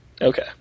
Okay